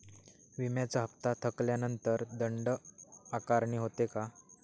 विम्याचा हफ्ता थकल्यानंतर दंड आकारणी होते का?